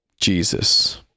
Jesus